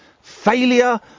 Failure